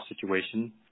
situation